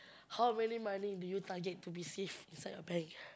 how many money do you target to receive inside your bank